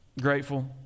grateful